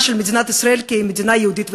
של מדינת ישראל כמדינה יהודית ודמוקרטית.